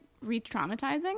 re-traumatizing